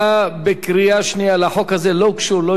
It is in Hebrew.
לחוק הזה לא הוגשו לא הסתייגויות ולא בקשות